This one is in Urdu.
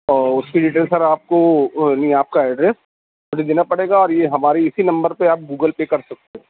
اس کے ڈیٹیلس سر آپ کو نہیں آپ کا ایڈریس دینا پڑے گا اور یہ ہمارے اسی نبمر پر آپ گوگل پے کر سکتے ہیں